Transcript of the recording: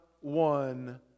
one